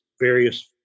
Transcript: various